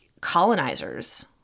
colonizers